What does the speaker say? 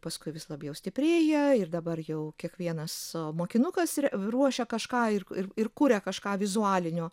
paskui vis labiau stiprėjo ir dabar jau kiekvienas mokinukas ir ruošia kažką ir ir kuria kažką vizualinio